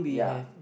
ya